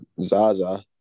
Zaza